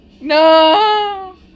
no